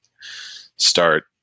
start